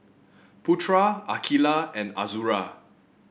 Putra Aqilah and Azura